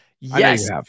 Yes